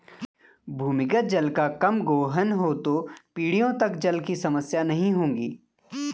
भूमिगत जल का कम गोहन हो तो पीढ़ियों तक जल की समस्या नहीं होगी